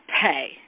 pay